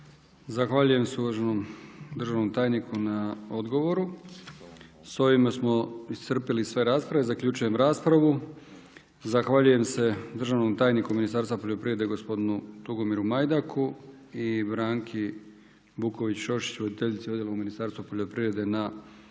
Zahvaljujem se uvaženom državnom tajnikom na odgovoru. S ovime smo iscrpili sve rasprave. Zaključujem raspravu. Zahvaljujem se državnom tajniku Ministarstva poljoprivrede gospodinu Tugomiru Majdaku i Branki Buković Šošić, voditeljici odjela u Ministarstva poljoprivredi na